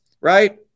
right